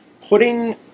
Putting